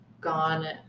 gone